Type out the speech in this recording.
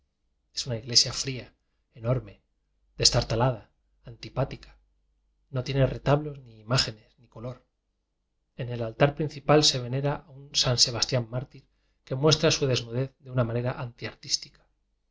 una igle sia fría enorme destartalada antipática no tiene retablos ni imágenes ni color en el altar principal se venera un san se bastián mártir que muestra su desnudez de una manera antiartística